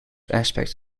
aspect